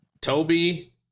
Toby